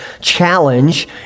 challenge